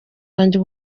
wanjye